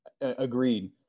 agreed